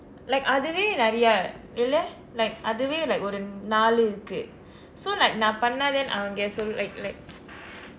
like அதுவே நிறைய இல்லை:athuvee niraiya illai like அதுவே:athuvee like ஒரு நாலு இருக்கு:oru naalu irukku so then நான் பன்னாள்:naan paanaal then அவங்க சொல்:avangka sol like like